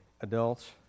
adults